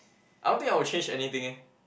I don't think I will change anything eh